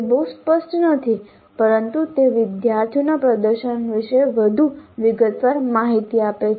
તે બહુ સ્પષ્ટ નથી પરંતુ તે વિદ્યાર્થીઓના પ્રદર્શન વિશે વધુ વિગતવાર માહિતી આપે છે